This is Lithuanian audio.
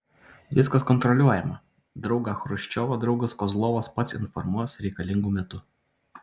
viskas kontroliuojama draugą chruščiovą draugas kozlovas pats informuos reikalingu metu